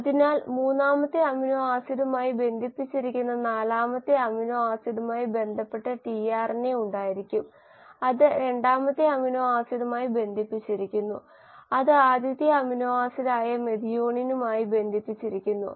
അതിനാൽ മൂന്നാമത്തെ അമിനോ ആസിഡുമായി ബന്ധിപ്പിച്ചിരിക്കുന്ന നാലാമത്തെ അമിനോ ആസിഡുമായി ബന്ധപ്പെട്ട ടിആർഎൻഎ ഉണ്ടായിരിക്കും അത് രണ്ടാമത്തെ അമിനോ ആസിഡുമായി ബന്ധിപ്പിച്ചിരിക്കുന്നു അത് ആദ്യത്തെ അമിനോ ആസിഡായ മെഥിയോണിനുമായി ബന്ധിപ്പിച്ചിരിക്കുന്നു